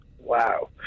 Wow